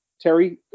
Terry